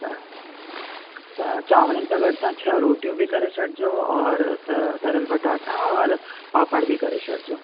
त त चांवरनि सां गॾु तव्हां छह रोटियूं बि करे छॾिजो ओर त तरियल पटाटा ओर पापड़ बि करे छॾिजो